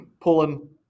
pulling